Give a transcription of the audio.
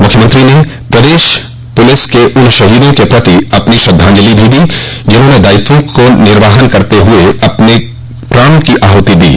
मुख्यमंत्री ने प्रदेश पुलिस के उन शहीदों के प्रति अपनी श्रद्धांजलि भी दी जिन्होंने दायित्वों को निर्वहन करते हुए अपॅने प्राणों की आहृति दी